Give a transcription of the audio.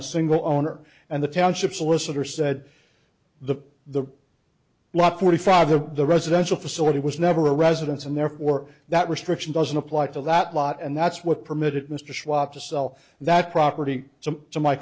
a single owner and the township solicitor said the the lot forty five of the residential facility was never a residence and therefore that restriction doesn't apply to that lot and that's what permitted mr schwab to sell that property so to my